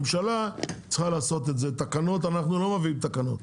הממשלה צריכה לעשות את זה, אנחנו לא מביאים תקנות.